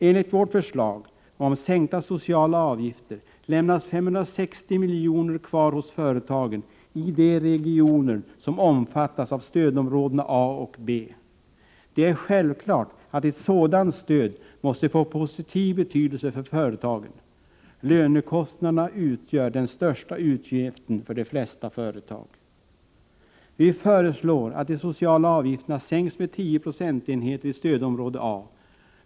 Enligt vårt förslag om sänkta sociala avgifter lämnas 560 milj.kr. kvar hos företagen i de regioner som omfattas av stödområdena A och B. Det är självklart att ett sådant stöd måste få positiv betydelse för företagen. Lönekostnaderna utgör den största utgiften för de flesta företag. Vi föreslår att de sociala avgifterna sänks med 10 procentenheter i stödområde A.